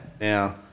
Now